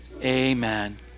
amen